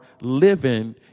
living